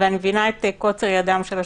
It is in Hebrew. ואני מבינה את קוצר ידם של השופטים,